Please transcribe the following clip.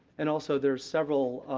and, also, there are several